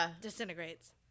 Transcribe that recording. disintegrates